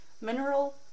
mineral